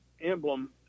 emblem